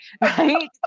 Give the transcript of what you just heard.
Right